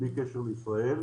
בלי קשר לישראל,